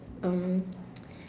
um